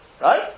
Right